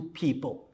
people